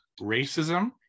Racism